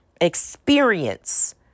experience